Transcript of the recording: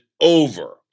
over